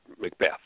Macbeth